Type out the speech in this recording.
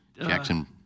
Jackson